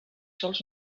sols